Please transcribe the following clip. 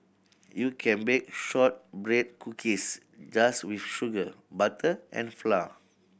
you can bake shortbread cookies just with sugar butter and flour